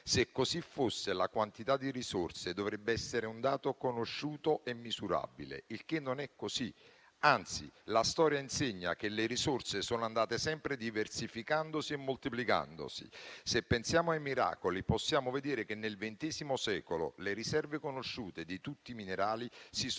Se così fosse, la quantità di risorse dovrebbe essere un dato conosciuto e misurabile; ma non è così, anzi la storia insegna che le risorse sono andate sempre diversificandosi e moltiplicandosi. Se pensiamo ai miracoli, possiamo vedere che nel ventesimo secolo le riserve conosciute di tutti i minerali si sono